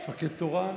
מפקד תורן.